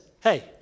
hey